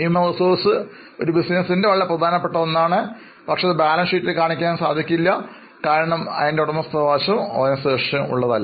മാനവവിഭവശേഷി ബിസിനസിന്റെ ഏറ്റവും പ്രധാനപ്പെട്ട സ്വത്താണെന്ന് നമ്മൾ കണ്ടു പക്ഷേ അവ ബാലൻസ് ഷീറ്റിൽ കാണിക്കാൻ കഴിയില്ല കാരണം അവ ഓർഗനൈസേഷന്റെ ഉടമസ്ഥതയിലുള്ളതല്ല